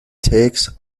takes